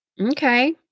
Okay